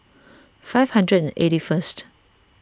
five hundred and eighty first